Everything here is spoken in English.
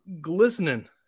glistening